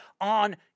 on